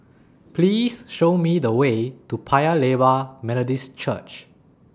Please Show Me The Way to Paya Lebar Methodist Church